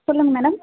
சொல்லுங்கள் மேடம்